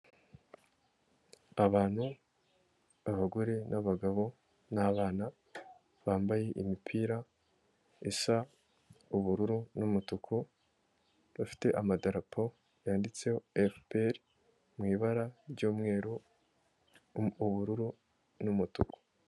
Abantu abagore n'abagabo n'abana bambaye imipira isa ubururu n'umutuku, bafite amadarapo yanditseho FPR mu ibara ry'umweru, ubururu n'umutuku.